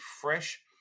fresh